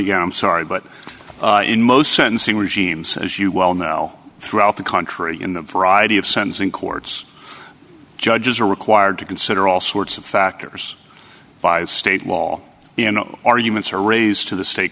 again i'm sorry but in most sentencing regimes as you well know throughout the country in a variety of sentencing courts judges are required to consider all sorts of factors by state law you know arguments are raised to the state